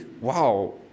wow